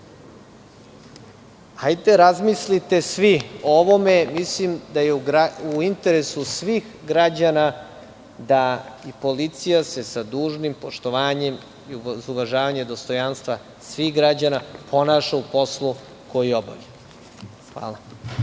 razmislite svi o ovome. Mislim da je u interesu svih građana da se policija sa dužnim poštovanjem i sa uvažavanjem dostojanstva svih građana ponaša u poslu koji obavlja. Hvala.